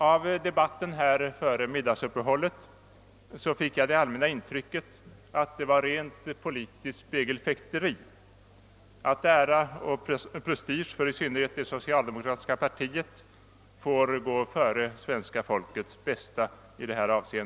Av debatten före middagsuppehållet fick jag det allmänna intrycket att det var rent politiskt spegelfäkteri, att ära och prestige i synnerhet för det socialdemokratiska partiet får gå före svenska folkets bästa.